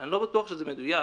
אני לא בטוח שזה מדויק